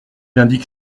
indique